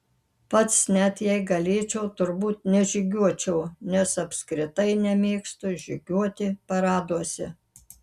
pats net jei galėčiau turbūt nežygiuočiau nes apskritai nemėgstu žygiuoti paraduose